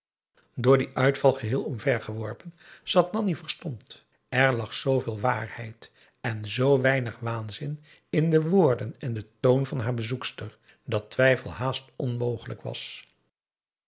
door dien uitval geheel omver geworpen zat nanni verstomd er lag zooveel waarheid en zoo weinig waanzin in de woorden en den toon van haar bezoekster dat twijfel haast onmogelijk was